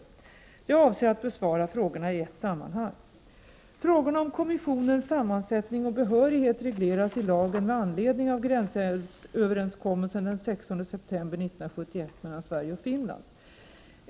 Jag avser att besvara frågorna i ett sammanhang. Frågorna om kommissionens sammansättning och behörighet regleras i lagen med anledning av gränsälvsöverenskommelsen den 16 september 1971 mellan Sverige och Finland.